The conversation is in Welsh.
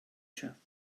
chyff